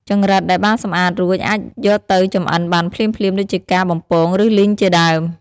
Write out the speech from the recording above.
ចង្រិតដែលបានសម្អាតរួចអាចយកទៅចម្អិនបានភ្លាមៗ ដូចជាការ បំពង ឬលីងជាដើម។